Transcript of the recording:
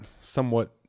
somewhat